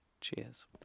Cheers